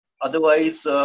Otherwise